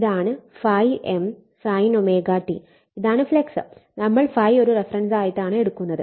ഇതാണ് ∅M sin ω t ഇതാണ് flux നമ്മൾ ∅ഒരു റഫറൻസായിട്ടാണ് എടുക്കുന്നത്